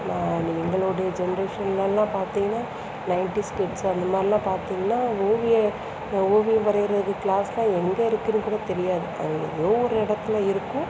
நான் எங்களோட ஜென்ட்ரேஷன்லலாம் பார்த்தீங்கனா நைன்ட்டிஸ் கிட்ஸ் அந்தமாதிரிலாம் பாத்தீங்கனா ஓவியம் ஓவியம் வரைகிற கிளாஸ்லாம் எங்கே இருக்குன்னு கூட தெரியாது எங்கேயோ ஒரு இடத்துல இருக்கும்